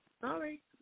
Sorry